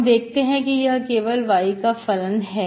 हम देखते हैं कि यह केवल y का फलन है